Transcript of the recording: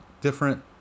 different